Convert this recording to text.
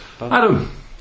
Adam